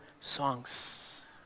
songs